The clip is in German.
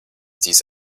dies